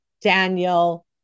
Daniel